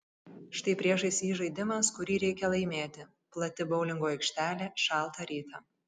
štai priešais jį žaidimas kurį reikia laimėti plati boulingo aikštelė šaltą rytą